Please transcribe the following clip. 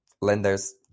lenders